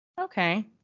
Okay